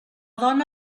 dona